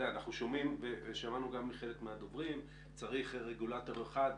שמענו מחלק מהדוברים שצריך רגולטור אחד.